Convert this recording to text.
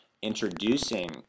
Introducing